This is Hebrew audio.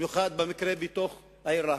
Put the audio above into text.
במיוחד המקרה בעיר רהט.